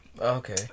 Okay